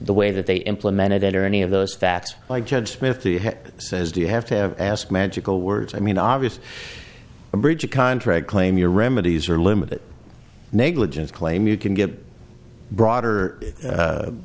the way that they implemented it or any of those facts like judge smith says do you have to have asked magical words i mean obviously a breach of contract claim your remedies are limited negligence claim you can get broader